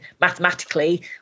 mathematically